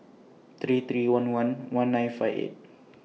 three three one one one nine five eight